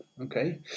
okay